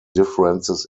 differences